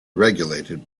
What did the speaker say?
regulated